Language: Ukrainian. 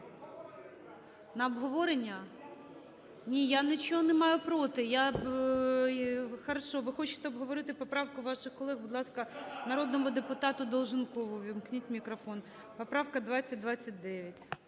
На обговорення? Ні, я нічого не маю проти, я… Хорошо, ви хочете обговорити поправку ваших колег? (Шум у залі) Будь ласка, народному депутату Долженкову ввімкніть мікрофон. Поправка 2029.